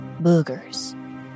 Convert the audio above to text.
boogers